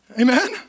Amen